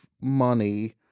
money